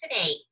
today